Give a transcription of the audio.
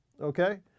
okay